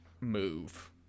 move